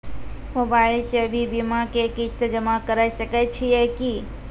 Mobile से भी बीमा के किस्त जमा करै सकैय छियै कि?